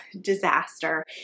disaster